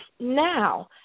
Now